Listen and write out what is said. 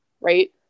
Right